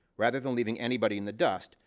rather than leaving anybody in the dust,